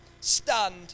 Stand